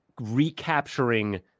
recapturing